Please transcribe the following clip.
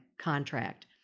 contract